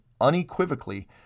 unequivocally